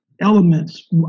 elements